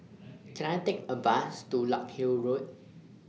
Can I Take A Bus to Larkhill Road